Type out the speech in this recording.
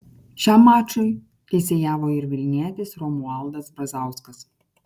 šiam mačui teisėjavo ir vilnietis romualdas brazauskas